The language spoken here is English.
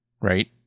right